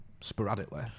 sporadically